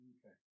Okay